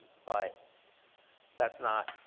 but that's not,